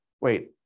Wait